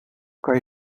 kan